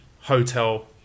hotel